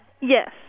Yes